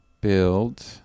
build